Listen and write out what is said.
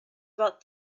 about